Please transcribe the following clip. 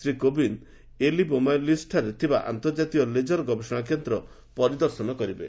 Shri Kovind ELI ବେମାଲିନ୍ସଠାରେ ଥିବା ଅନ୍ତର୍ଜାତୀୟ ଲେଜର୍ ଗବେଷଣା କେନ୍ଦ୍ର ପରିଦର୍ଶନ କରିବେ